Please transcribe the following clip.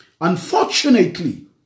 Unfortunately